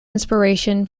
inspiration